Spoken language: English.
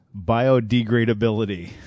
biodegradability